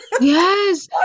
yes